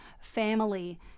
family